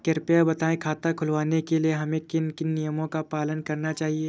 कृपया बताएँ खाता खुलवाने के लिए हमें किन किन नियमों का पालन करना चाहिए?